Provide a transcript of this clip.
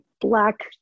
black